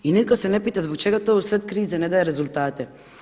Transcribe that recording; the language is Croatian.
I nitko se ne pita zbog čega to usred krize ne daje rezultate.